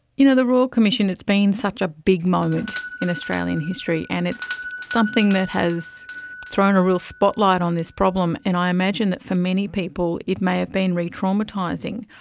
you know the royal commission, it's been such a big moment in australian history and it's something that has thrown a real spotlight on this problem. and i imagine that for many people it may have been re-traumatising.